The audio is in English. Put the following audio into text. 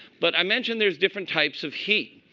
but i mentioned there's different types of heat.